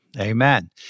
Amen